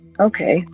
Okay